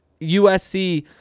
USC